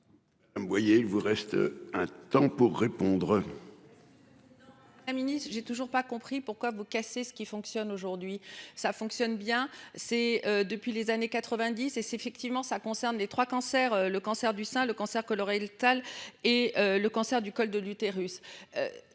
vous voyez. Il vous reste un temps pour répondre. Non. Un mini. J'ai toujours pas compris pourquoi vous casser ce qui fonctionne aujourd'hui ça fonctionne bien, c'est depuis les années 90 et c'est effectivement, ça concerne les 3 cancers le cancer du sein, le cancer que Laurel. Et le cancer du col de l'utérus.